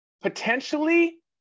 potentially